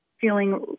feeling